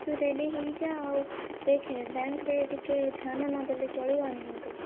ତୁ ରେଡ଼ି ହେଇଯା ଆଉ ଦେଖେ ବ୍ୟାଙ୍କରେ ଟିକେ ଧ୍ୟାନ ନ ଦେଲେ ଚଳିବନି କିନ୍ତୁ